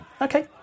Okay